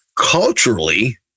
culturally